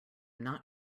not